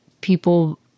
people